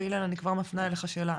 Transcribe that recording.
אילן, אני כבר מפנה אליך שאלה.